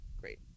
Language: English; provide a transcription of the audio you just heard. Great